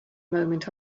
moment